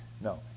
No